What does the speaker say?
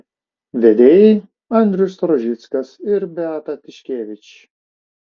vedėjai andrius rožickas ir beata tiškevič